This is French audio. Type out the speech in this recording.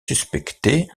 suspectés